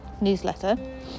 newsletter